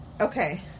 Okay